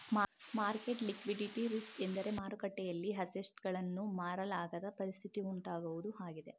market liquidity risk ಎಂದರೆ ಮಾರುಕಟ್ಟೆಯಲ್ಲಿ assets ಗಳನ್ನು ಮಾರಲಾಗದ ಪರಿಸ್ಥಿತಿ ಉಂಟಾಗುವುದು ಆಗಿದೆ